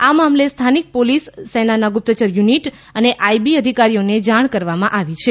આ મામલે સ્થાનિક પોલીસ સેનાના ગુપ્તચર યુનિટ અને આઈબી અધિકારીઓને જાણ કરવામાં આવી છે